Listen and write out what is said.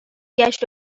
گشت